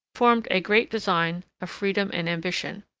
formed a great design of freedom and ambition.